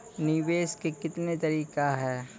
निवेश के कितने तरीका हैं?